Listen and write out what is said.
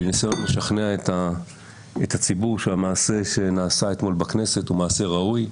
בניסיון לשכנע את הציבור שהמעשה שנעשה אתמול בכנסת הוא מעשה ראוי.